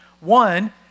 One